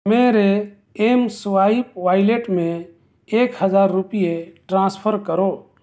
میرے M swipe wallet میں ایک ہزار روپیے ٹرانسفر کرو